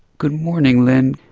good morning lynne,